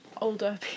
older